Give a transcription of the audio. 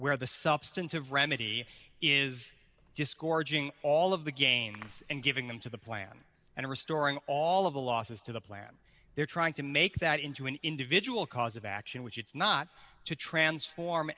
where the substantive remedy is just gorging all of the games and giving them to the plan and restoring all of the losses to the plan they're trying to make that into an individual cause of action which it's not to transform